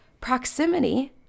proximity